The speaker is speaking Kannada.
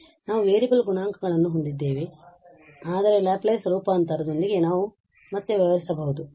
ಆದ್ದರಿಂದ ನಾವು ವೇರಿಯಬಲ್ ಗುಣಾಂಕಗಳನ್ನು ಹೊಂದಿದ್ದೇವೆ ಆದರೆ ಲ್ಯಾಪ್ಲೇಸ್ ರೂಪಾಂತರದೊಂದಿಗೆ ನಾವು ಮತ್ತೆ ವ್ಯವಹರಿಸಬಹುದು